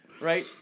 right